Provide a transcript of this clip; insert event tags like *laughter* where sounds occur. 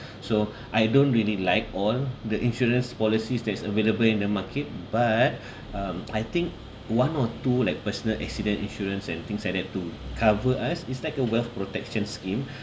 so I don't really like all the insurance policies that's available in the market but *breath* um I think one or two like personal accident insurance and things like that to cover us it's like a wealth protection scheme